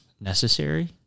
necessary